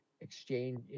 exchange